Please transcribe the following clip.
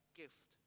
gift